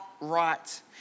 right